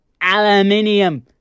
aluminium